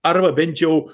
arba bent jau